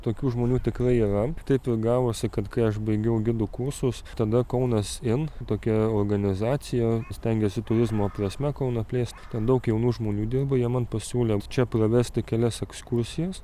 tokių žmonių tikrai yra taip jau gavosi kad kai aš baigiau gidų kursus tada kaunas in tokia organizacija stengiasi turizmo prasme kauną plėst ten daug jaunų žmonių dirbo jie man pasiūlė čia pravesti kelias ekskursijas